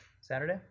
Saturday